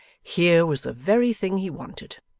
here was the very thing he wanted,